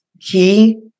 key